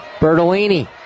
Bertolini